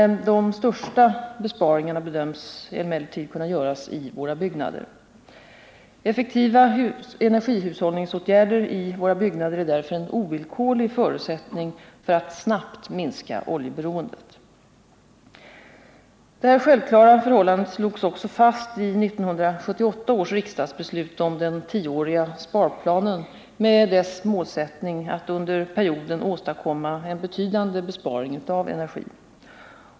De största besparingarna bedöms emellertid kunna göras i våra byggnader. Effektiva energihushållningsåtgärder i våra byggnader är därför en ovillkorlig förutsättning för att snabbt minska oljeberoendet. Detta självklara förhållande slogs också fast i 1978 års riksdagsbeslut om den tioåriga sparplanen med dess målsättning att under perioden åstadkomma en betydande besparing av energi.